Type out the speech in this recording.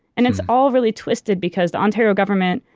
and it's all really twisted because the ontario government,